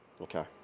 Okay